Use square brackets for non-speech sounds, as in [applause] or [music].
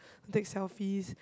[breath] take selfie